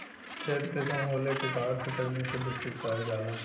खेत के कम होले के कारण से तकनीक के विकसित करल जाला